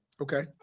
okay